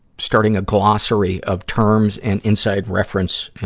starting a glossary of terms and inside reference, ah,